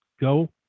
go